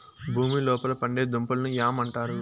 భూమి లోపల పండే దుంపలను యామ్ అంటారు